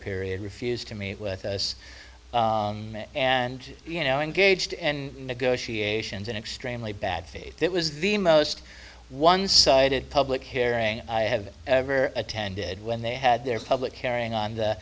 period refused to meet with us and you know engaged and negotiations in extremely bad faith it was the most one sided public hearing i have ever attended when they had their public carrying on